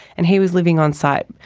and he was living on site,